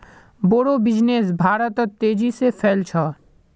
बोड़ो बिजनेस भारतत तेजी से फैल छ